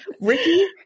Ricky